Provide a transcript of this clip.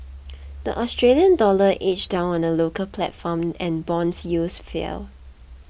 the Australian dollar edged down on the local platform and bond yields fell